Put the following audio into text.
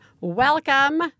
Welcome